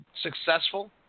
successful